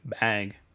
bag